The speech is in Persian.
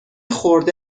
خورده